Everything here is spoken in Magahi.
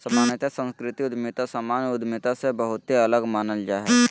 सामान्यत सांस्कृतिक उद्यमिता सामान्य उद्यमिता से बहुते अलग मानल जा हय